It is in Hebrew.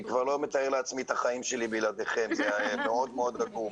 אני כבר לא מתאר לעצמי את החיים שלי בלעדיכם וזה מאוד עגום.